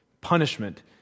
punishment